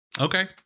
Okay